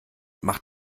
macht